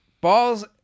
Balls